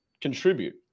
Contribute